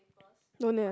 don't have